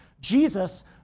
Jesus